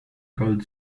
called